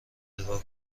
نگاه